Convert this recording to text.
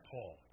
Paul